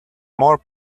more